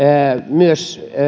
myös